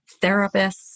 therapists